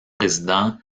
résident